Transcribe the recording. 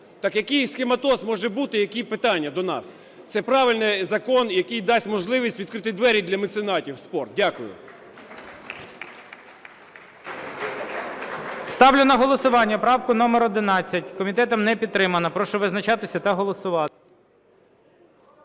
Так який "схематоз" може бути і які питання до нас? Це правильний закон, який дасть можливість відкрити двері для меценатів в спорт. Дякую. ГОЛОВУЮЧИЙ. Ставлю на голосування правку номер 11. Комітетом не підтримана. Прошу визначатись та голосувати.